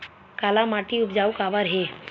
काला माटी उपजाऊ काबर हे?